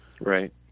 Right